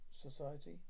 Society